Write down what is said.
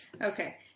Okay